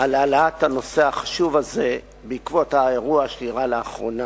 על העלאת הנושא החשוב הזה בעקבות האירוע שאירע לאחרונה.